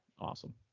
awesome